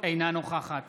אינה נוכחת